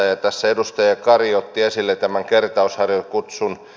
tässä edustaja kari otti esille tämän kertausharjoituskutsun